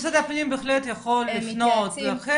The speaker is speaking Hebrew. במשרד הפנים בהחלט יכול לפנות אליכם,